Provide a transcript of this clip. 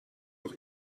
noch